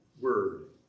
word